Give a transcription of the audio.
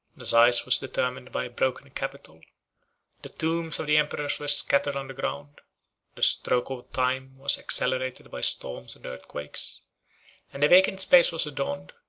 the size was determined by a broken capital the tombs of the emperors were scattered on the ground the stroke of time was accelerated by storms and earthquakes and the vacant space was adorned,